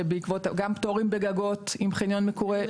גם פטורים בגגות עם חניון מקורה,